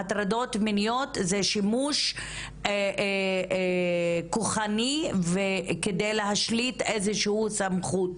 הטרדות מיניות הן שימוש כוחני כדי להשליט סמכות,